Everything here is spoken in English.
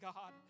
God